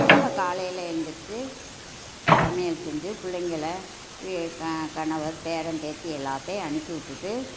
திரும்ப காலையில் எழுந்துருச்சு சமையல் செஞ்சு பிள்ளைங்கள கணவர் பேரன் பேத்தி எல்லாத்தையும் அனுப்பி விட்டுட்டு